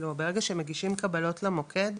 ברגע שמגישים קבלות למוקד,